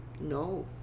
no